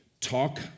Talk